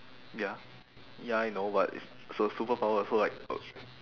ya ya I know but it's it's a superpower so like uh